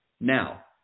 now